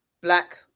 black